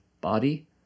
body